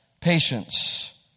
patience